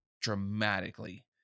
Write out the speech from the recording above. dramatically